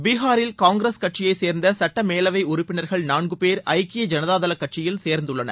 பீகாரில் காங்கிரஸ் கட்சியை சேர்ந்த சட்டமேலவை உறுப்பினர்கள் நான்கு பேர் ஐக்கிய ஜனதா தள கட்சியில் சேர்ந்துள்ளனர்